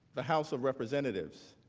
the house of representatives